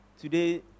Today